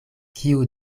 kiu